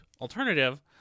alternative